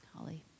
holly